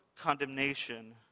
condemnation